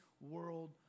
world